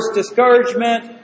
discouragement